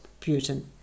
Putin